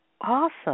Awesome